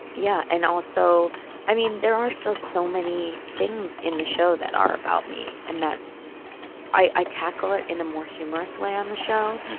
yeah. and also i mean, there are still so many things in the show that are about me and that i i tackle it in a more humorous way on the show.